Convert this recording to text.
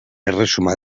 erresuma